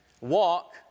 walk